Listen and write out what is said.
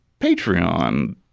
Patreon